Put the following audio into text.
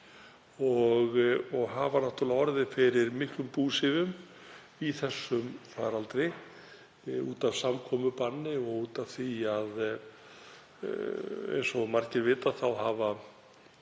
orðið fyrir miklum búsifjum í þessum faraldri út af samkomubanni og út af því að eins og margir vita hafa